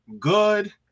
Good